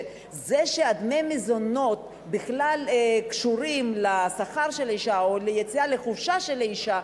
שדמי המזונות נקשרים לשכר של האשה או ליציאה לחופשה של האשה,